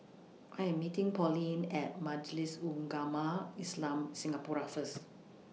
I Am meeting Pauline At Majlis Ugama Islam Singapura First